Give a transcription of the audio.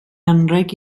anrheg